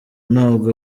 ntabwo